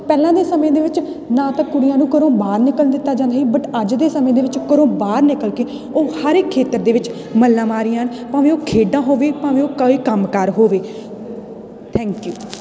ਪਹਿਲਾਂ ਦੇ ਸਮੇਂ ਦੇ ਵਿੱਚ ਨਾ ਤਾਂ ਕੁੜੀਆਂ ਨੂੰ ਘਰੋਂ ਬਾਹਰ ਨਿਕਲਣ ਦਿੱਤਾ ਜਾਂਦਾ ਸੀ ਬਟ ਅੱਜ ਦੇ ਸਮੇਂ ਦੇ ਵਿੱਚ ਘਰੋਂ ਬਾਹਰ ਨਿਕਲ ਕੇ ਉਹ ਹਰ ਇੱਕ ਖੇਤਰ ਦੇ ਵਿੱਚ ਮੱਲਾਂ ਮਾਰ ਰਹੀਆਂ ਹਨ ਭਾਵੇਂ ਉਹ ਖੇਡਾਂ ਹੋਵੇ ਭਾਵੇਂ ਉਹ ਕੋਈ ਕੰਮ ਕਾਰ ਹੋਵੇ ਥੈਂਕ ਯੂ